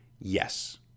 Yes